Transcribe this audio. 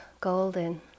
golden